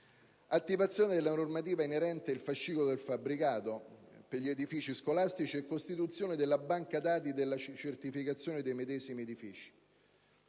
attivazione della normativa inerente il fascicolo del fabbricato per gli edifici scolastici e la costituzione della banca dati delle certificazioni dei medesimi edifici;